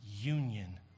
union